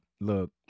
look